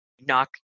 knock